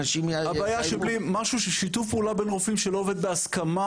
אנשים --- הבעיה שזה משהו ששיתוף פעולה בין רופאים שלא עובד בהסכמה,